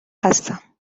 هستم